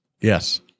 Yes